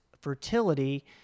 fertility